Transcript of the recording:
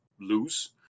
lose